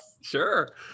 Sure